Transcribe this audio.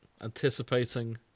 anticipating